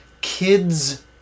kids